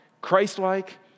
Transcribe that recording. Christ-like